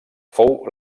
fou